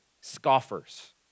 scoffers